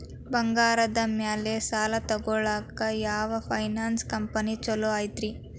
ಬಂಗಾರದ ಮ್ಯಾಲೆ ಸಾಲ ತಗೊಳಾಕ ಯಾವ್ ಫೈನಾನ್ಸ್ ಕಂಪನಿ ಛೊಲೊ ಐತ್ರಿ?